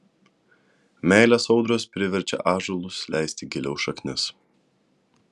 meilės audros priverčia ąžuolus leisti giliau šaknis